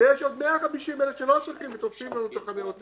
ויש עוד 150,000 שלא צריכים ותופסים לנו את חניות הנכים.